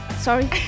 Sorry